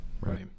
right